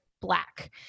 black